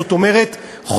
זאת אומרת,